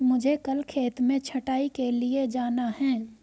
मुझे कल खेत में छटाई के लिए जाना है